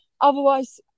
Otherwise